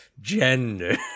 gender